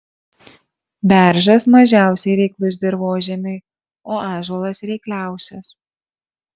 beržas mažiausiai reiklus dirvožemiui o ąžuolas reikliausias